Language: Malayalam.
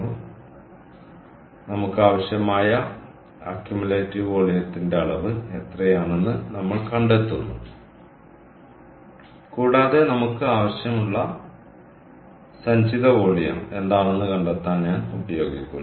അതിനാൽ നമുക്ക് ആവശ്യമായ അക്യുമുലേറ്റീവ് വോളിയത്തിന്റെ അളവ് എത്രയാണെന്ന് നമ്മൾ കണ്ടെത്തുന്നു കൂടാതെ നമുക്ക് ആവശ്യമുള്ള സഞ്ചിത വോളിയം എന്താണെന്ന് കണ്ടെത്താൻ ഞാൻ ഉപയോഗിക്കുന്നു